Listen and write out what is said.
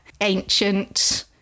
ancient